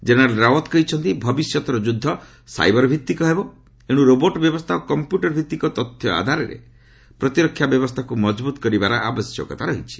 general Rawat କହିଛନ୍ତି ଭବିଷ୍ୟତର ଯୁଦ୍ଧ ସାଇବର ଭିତ୍ତିକ ହେବ ଏଣୁ ରୋବର୍ଟ ବ୍ୟବସ୍ଥା ଓ କମ୍ପ୍ୟୁଟର ଭିତ୍ତିକ ତଥ୍ୟ ଆଧାରରେ ପ୍ରତିରକ୍ଷା ବ୍ୟବସ୍ଥାକୁ ମଜଭୂତ କରିବାର ଆବଶ୍ୟକତା ରହିଛି